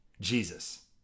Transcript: Jesus